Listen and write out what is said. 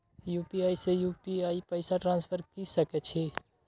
UPI से UPI पैसा transfer की सके छी?